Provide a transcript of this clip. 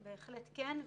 בהחלט כן.